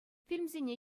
фильмсене